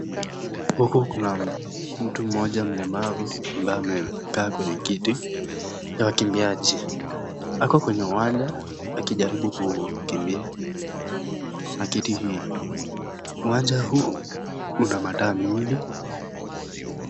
Huku kuna mtu mmoja mlemavu ambaye amekaa kwenye kiti ya wakimbiaji. Ako kwenye uwanja akijaribu kukimbia na kiti hii. Uwanja huu una mataa mingi.